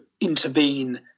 intervene